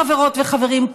חברות וחברים,